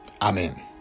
Amen